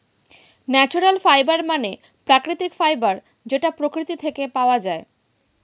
natural fibre মানে প্রাকৃতিক fibre যেটা প্রকৃতি থেকে পাওয়া যায়